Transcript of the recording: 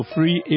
Free